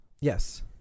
Yes